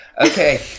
Okay